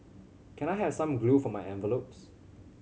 can I have some glue for my envelopes